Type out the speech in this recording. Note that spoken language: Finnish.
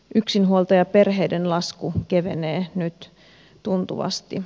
yksinhuoltajaperheiden lasku kevenee nyt tuntuvasti